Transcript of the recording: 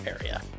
area